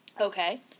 Okay